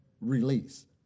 release